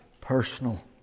personal